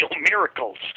miracles